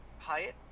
Hyatt